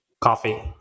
Coffee